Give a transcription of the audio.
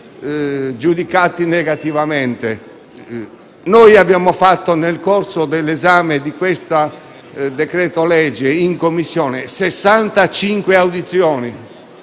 giudicati negativamente. Noi abbiamo svolto, nel corso dell'esame di questo decreto-legge in Commissione, 65 audizioni.